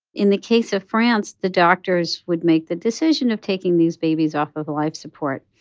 in the case of france, the doctors would make the decision of taking these babies off of life support.